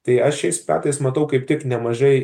tai aš šiais metais matau kaip tik nemažai